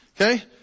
Okay